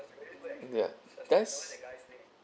ya that's